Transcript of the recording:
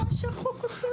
מי אמר שהחוק עושה את זה?